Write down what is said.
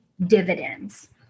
dividends